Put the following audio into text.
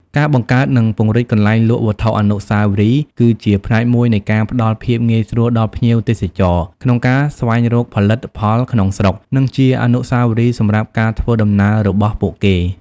ការបង្កើត និងពង្រីក កន្លែងលក់វត្ថុអនុស្សាវរីយ៍ គឺជាផ្នែកមួយនៃការផ្តល់ភាពងាយស្រួលដល់ភ្ញៀវទេសចរក្នុងការស្វែងរកផលិតផលក្នុងស្រុក និងជាអនុស្សាវរីយ៍សម្រាប់ការធ្វើដំណើររបស់ពួកគេ។